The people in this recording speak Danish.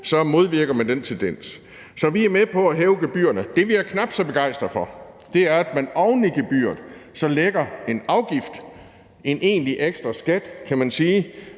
modvirker den tendens. Så vi er med på at hæve gebyrerne. Det, vi er knap så begejstrede for, er, at man oven i gebyret så lægger en afgift, en egentlig ekstra skat, kan man sige,